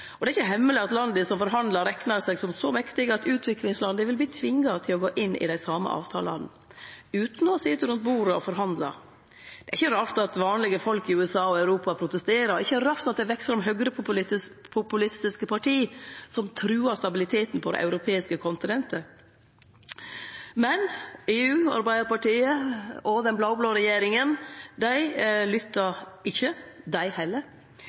Og det er ikkje hemmeleg at landa som forhandlar, reknar seg som så mektige at utviklingslanda vil verte tvinga til å gå inn i dei same avtalane – utan å ha sete rundt bordet og forhandla. Det er ikkje rart at vanlege folk i USA og Europa protesterer, og det er ikkje rart at det veks fram høgrepopulistiske parti som truar stabiliteten på det europeiske kontinentet. Men EU, Arbeidarpartiet og den blå-blå regjeringa lyttar ikkje, dei heller.